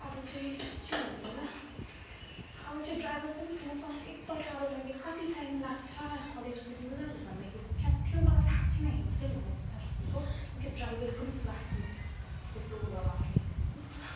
अब चाहिँ साँच्चै भनेको ल अब ड्राइभर पनि मसँग एकपल्ट अब मैले कति टाइम लाग्छ कलेज पुग्नुलाई भन्दाखेरि च्याँठियो मलाई थाह छैन हेनतेन भन्यो भने त्यहाँदेखिको त्यो ड्राइभरको पनि क्लास लिन्छु तँ टोटोवालाको पनि